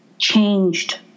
changed